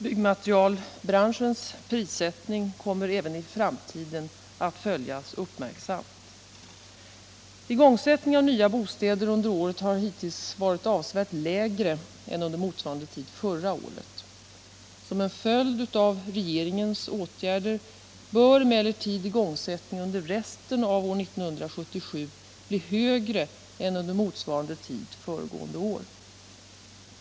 Byggmaterialbranschens prissättning kommer även i framtiden att följas uppmärksamt. Igångsättningen av nya bostäder under året har hittills varit avsevärt lägre än under motsvarande tid förra året. Som en följd av regeringens åtgärder bör emellertid igångsättningen under resten av år 1977 bli högre än under motsvarande tid föregående år.